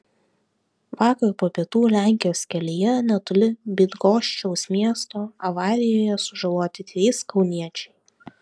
vakar po pietų lenkijos kelyje netoli bydgoščiaus miesto avarijoje sužaloti trys kauniečiai